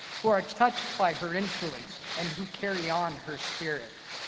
who are touched by her influence and who carry on her spirit.